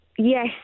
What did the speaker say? Yes